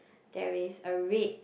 there is a red